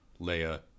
Leia